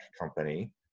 company